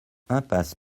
impasse